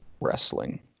wrestling